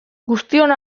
guztion